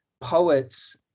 poets